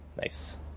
Nice